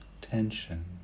tension